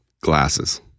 Glasses